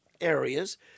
areas